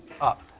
up